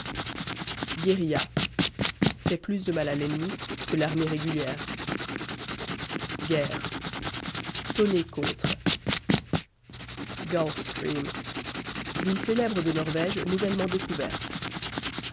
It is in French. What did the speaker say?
guérilla fait plus de mal à l'ennemi que l'armée régulière guerre tonner contre gulf stream ville célèbre de norvège nouvellement découverte